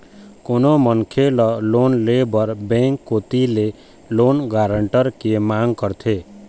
कोनो मनखे ल लोन ले बर बेंक कोती ले लोन गारंटर के मांग करथे